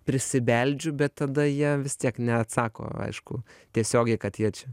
prisibeldžiu bet tada jie vis tiek neatsako aišku tiesiogiai kad jie čia